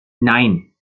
nein